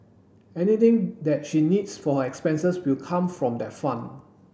anything that she needs for her expenses will come from that fund